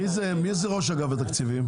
מי זה ראש אגף התקציבים?